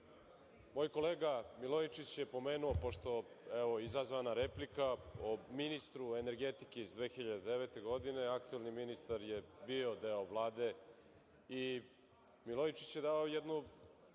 DS.Moj kolega Milojičić je pomenuo, pošto, izazvana replika o ministru energetike iz 2009. godine, aktuelni ministar je bio deo Vlade i Milojičić je dao jednu